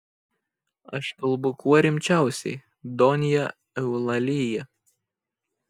aš kalbu kuo rimčiausiai donja eulalija